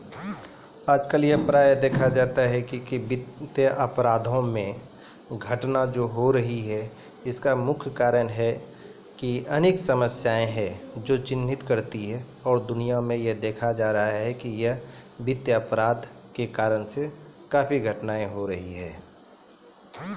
आइ काल्हि वित्तीय अपराधो के घटना पूरा दुनिया भरि मे देखै लेली मिलै छै